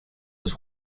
los